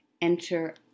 enter